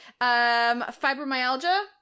Fibromyalgia